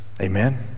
Amen